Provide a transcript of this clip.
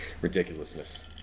Ridiculousness